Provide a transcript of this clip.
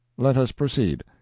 let us proceed.